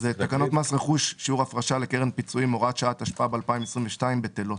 תקנות מס רכוש שיעור הפרשה לקרן פיצויים הוראת שעה תשפ"ב-2022 בטלות.